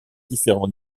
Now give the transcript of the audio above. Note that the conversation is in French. différents